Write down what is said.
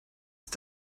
ist